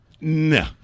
No